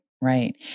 Right